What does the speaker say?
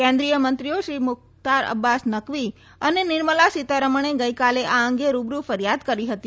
કેન્દ્રીય મંત્રીઓ શ્રી મુખ્વાર અબ્બાસ નકવી અને નિર્મલા સીતારમણે ગઈકાલે આ અંગે રૂબરૂ ફરીયાદ કરી હતી